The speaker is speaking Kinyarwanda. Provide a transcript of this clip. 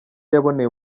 yaboneye